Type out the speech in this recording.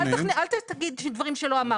אל תגיד דברים שלא אמרתי.